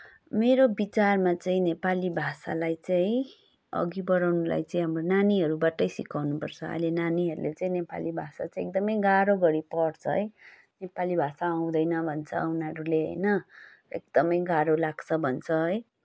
मेरो विचारमा चाहिँ नेपाली भाषालाई चाहिँ अघि बढाउनलाई चाहिँ हाम्रो नानीहरूबाटै सिकाउनुपर्छ अहिले नानीहरूले चाहिँ नेपाली भाषा चाहिँ एकदमै गाह्रो गरी पढ्छ है नेपाली भाषा आउँदैन भन्छ उनीहरूले होइन एकदमै गाह्रो लाग्छ भन्छ है